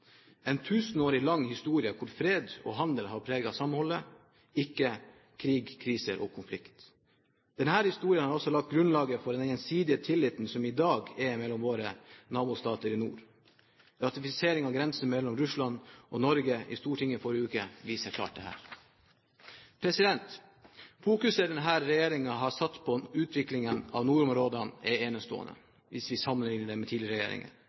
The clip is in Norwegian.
lang historie, hvor fred og handel har preget samholdet, ikke krig, kriser og konflikt. Denne historien har også lagt grunnlaget for den gjensidige tilliten som i dag er mellom våre nabostater i nord. Ratifiseringen av grensen mellom Russland og Norge i Stortinget i forrige uke viser dette klart. Fokuset denne regjeringen har satt på utviklingen av nordområdene, er enestående, hvis vi sammenligner med tidligere regjeringer.